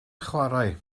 chwarae